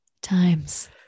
times